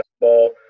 basketball